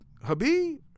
Habib